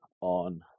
on